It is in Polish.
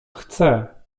chce